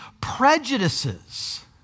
prejudices